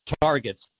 targets